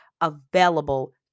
available